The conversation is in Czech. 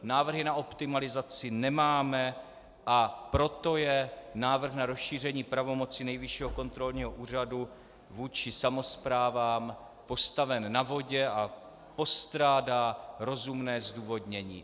Návrhy na optimalizaci nemáme, a proto je návrh na rozšíření pravomocí Nejvyššího kontrolního úřadu vůči samosprávám postaven na vodě a postrádá rozumné zdůvodnění.